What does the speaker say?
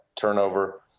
turnover